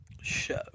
show